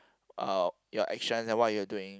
uh your actions and what you are doing